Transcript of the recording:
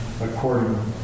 according